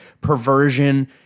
perversion